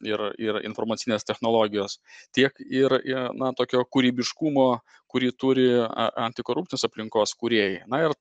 ir ir informacinės technologijos tiek ir i na tokio kūrybiškumo kurį turi antikorupcinės aplinkos kūrėjai na ir